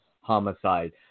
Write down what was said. homicide